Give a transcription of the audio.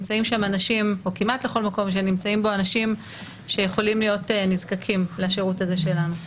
כמעט לכל מקום שנמצאים בו אנשים שיכולים להיות נזקקים לשירות הזה שלנו.